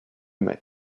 mai